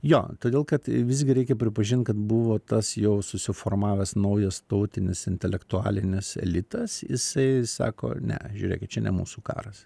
jo todėl kad visgi reikia pripažint kad buvo tas jau susiformavęs naujas tautinis intelektualinis elitas jisai sako ne žiūrėkit čia ne mūsų karas